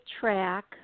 track